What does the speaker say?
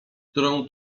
którą